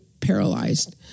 Paralyzed